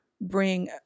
bring